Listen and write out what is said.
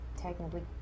technically